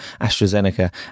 AstraZeneca